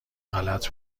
غلط